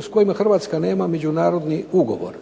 s kojima Hrvatska nema međunarodni ugovor.